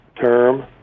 term